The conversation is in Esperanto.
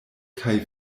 kaj